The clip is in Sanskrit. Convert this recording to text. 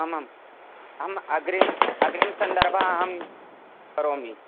आम् आम् अहम् अग्रमे अग्रिमसन्दर्भे अहं करोमि